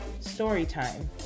Storytime